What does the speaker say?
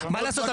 מה לעשות,